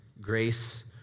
grace